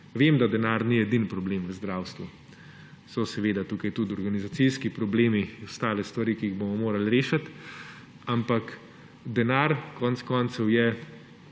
Vem, da denar ni edini problem v zdravstvu. So seveda tukaj tudi organizacijski problemi in ostale stvari, ki jih bomo morali rešiti, ampak denar konec koncev je